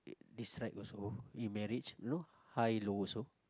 this side also in marriage you know high low also